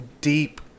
deep